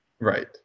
Right